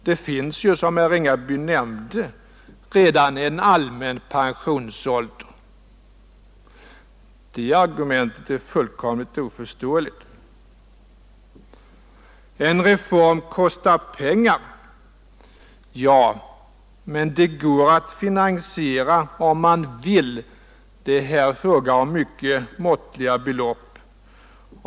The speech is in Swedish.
Det finns ju, som herr Ringaby nämnde, redan en allmän pensionsålder. Det argumentet är fullkomligt oförståeligt. En reform kostar pengar. Ja, men det går att finansiera den om man vill — det är här fråga om mycket måttliga belopp.